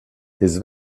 his